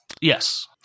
Yes